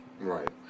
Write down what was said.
right